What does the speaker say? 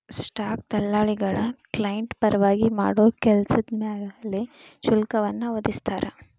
stock ದಲ್ಲಾಳಿಗಳ client ಪರವಾಗಿ ಮಾಡೋ ಕೆಲ್ಸದ್ ಮ್ಯಾಲೆ ಶುಲ್ಕವನ್ನ ವಿಧಿಸ್ತಾರ